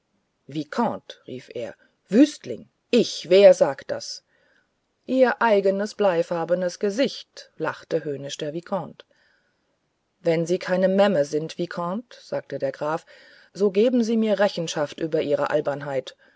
vicomte rief er wüstling ich wer sagt das ihr eigenes bleifarbenes gesicht lachte höhnisch der vicomte wenn sie keine memme sind vicomte sagte der graf so geben sie mir rechenschaft über ihre albernheit